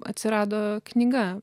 atsirado knyga